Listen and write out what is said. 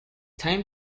time